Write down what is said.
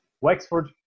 Wexford